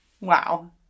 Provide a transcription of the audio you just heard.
Wow